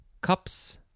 Cups